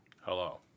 Hello